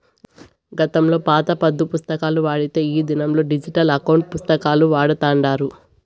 గతంలో పాత పద్దు పుస్తకాలు వాడితే ఈ దినంలా డిజిటల్ ఎకౌంటు పుస్తకాలు వాడతాండారు